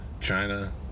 China